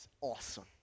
awesome